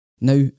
now